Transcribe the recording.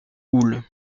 houle